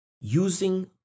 using